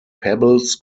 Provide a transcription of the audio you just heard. pebbles